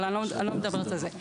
אבל אני לא מדברת על זה.